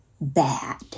bad